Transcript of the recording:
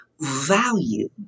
value